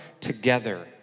together